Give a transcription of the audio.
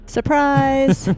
Surprise